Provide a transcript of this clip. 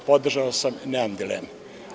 Podržao sam, nemam dileme.